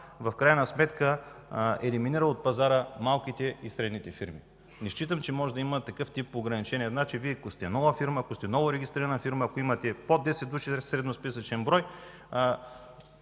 в крайна сметка елиминира от пазара малките и средни фирми. Не считам, че може да има такъв тип ограничение. Ако сте нова фирма, ако сте ново регистрирана фирма, ако имате под 10 души средносписъчен брой,